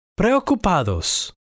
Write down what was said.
preocupados